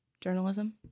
journalism